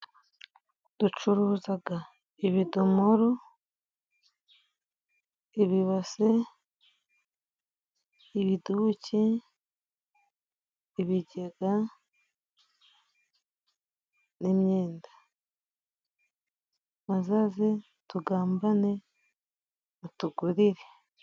Ducuruzaga; ibidomoro ,ibibase, ibiduki, ibigega, n'imyenda, bazaze tugambane mutugurire.